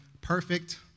perfect